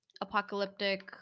apocalyptic